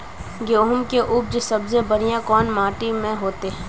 गेहूम के उपज सबसे बढ़िया कौन माटी में होते?